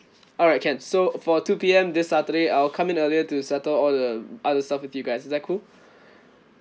alright can so for two P_M this saturday I'll come in earlier to settle all the other stuff with you guys is that cool